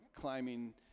climbing